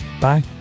Bye